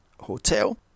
hotel